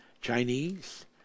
Chinese